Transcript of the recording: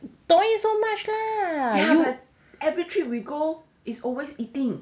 don't eat so much lah